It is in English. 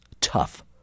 Tough